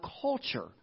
culture